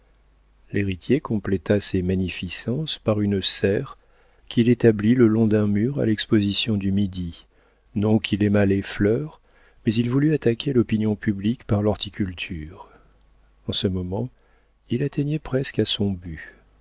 l'héritier compléta ces magnificences par une serre qu'il établit le long d'un mur à l'exposition du midi non qu'il aimât les fleurs mais il voulut attaquer l'opinion publique par l'horticulture en ce moment il atteignait presque à son but